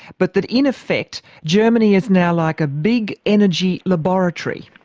but that in effect germany is now like a big energy laboratory.